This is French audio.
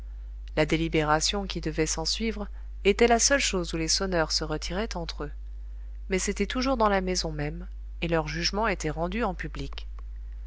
la délibération qui devait s'ensuivre était la seule chose où les sonneurs se retiraient entre eux mais c'était toujours dans la maison même et leur jugement était rendu en public